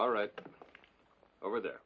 all right over there